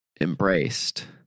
embraced